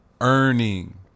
Earning